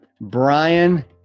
Brian